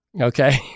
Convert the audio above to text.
okay